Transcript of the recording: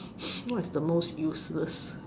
what is the most useless